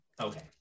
Okay